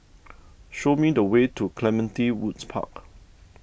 show me the way to Clementi Woods Park